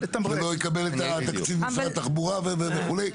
שהוא לא יקבל את התקציב ממשרד התחבורה וכולה,